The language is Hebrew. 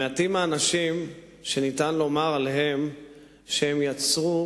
מעטים האנשים שניתן לומר עליהם שהם יצרו